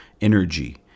energy